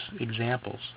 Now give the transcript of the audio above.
examples